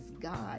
god